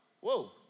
Whoa